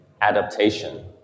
adaptation